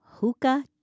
Hookah